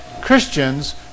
Christians